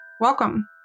Welcome